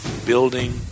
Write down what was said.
building